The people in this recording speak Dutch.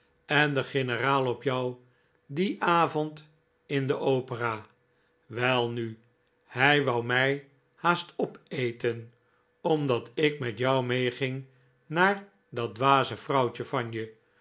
en de generaal op jou dien avond in de opera welnu hij wou mij haast opeten omdat ik met jou meeging naar dat dwaze vrouwtje van je